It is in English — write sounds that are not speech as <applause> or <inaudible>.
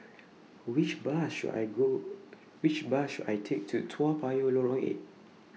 <noise> Which Bus should I Go <noise> Which Bus should I Take to Toa Payoh Lorong eight